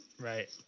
Right